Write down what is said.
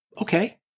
okay